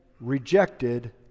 rejected